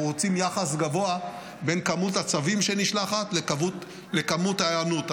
אנחנו רוצים יחס גבוה בין כמות הצווים שנשלחת לכמות ההיענות.